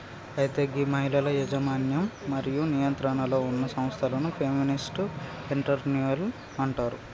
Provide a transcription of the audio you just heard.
అయితే గీ మహిళల యజమన్యం మరియు నియంత్రణలో ఉన్న సంస్థలను ఫెమినిస్ట్ ఎంటర్ప్రెన్యూరిల్ అంటారు